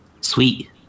Sweet